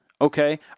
okay